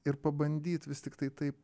ir pabandyt vis tiktai taip